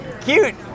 Cute